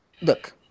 look